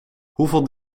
hoeveel